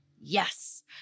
Yes